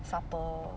supper